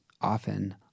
often